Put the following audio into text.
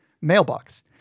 mailbox